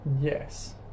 Yes